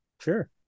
Sure